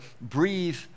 breathe